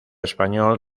español